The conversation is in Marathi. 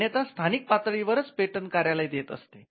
मान्यता स्थानिक पातळीवरच पेटंट कार्यालय देत असते